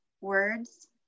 words